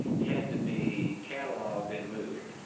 had to be catalogued and moved.